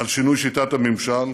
על שינוי שיטת הממשל